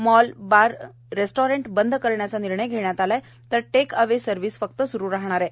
mall bar restaurant बंद करण्याचा निर्णय घेण्यात आला आहे तर टेक अवे सर्व्हिस स्रु राहणार आहे